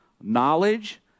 knowledge